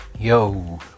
Yo